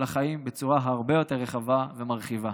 לחיים בצורה הרבה יותר רחבה ומרחיבה.